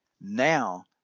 Now